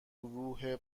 گروه